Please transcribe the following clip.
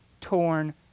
torn